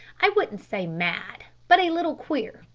i wouldn't say mad, but a little queer.